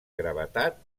gravetat